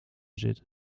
zit